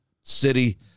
city